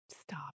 Stop